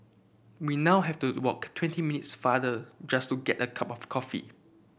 we now have to walk twenty farther just to get a cup of coffee